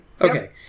Okay